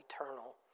eternal